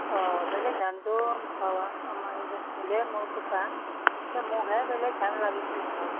অ' বেলেগ ধানটো নাপাওঁ আমাৰ মোৰ কুটা মোকহে বেলেগ ধান লাগিছিল অলপ